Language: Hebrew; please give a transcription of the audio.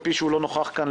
אף על פי שהוא לא נוכח כאן,